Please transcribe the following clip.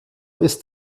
ist